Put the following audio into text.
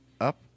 up